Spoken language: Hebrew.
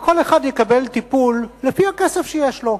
וכל אחד יקבל טיפול לפי הכסף שיש לו,